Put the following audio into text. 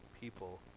people